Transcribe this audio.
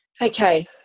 Okay